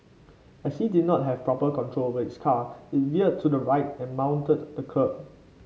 as he did not have proper control of his car it veered to the right and mounted the kerb